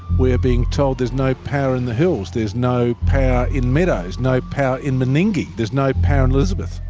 we are being told there's no power in the hills, there's no power in meadows, no power in meningie, there's no power in elizabeth,